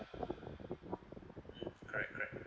mm correct correct